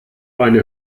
eine